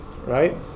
right